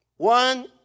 One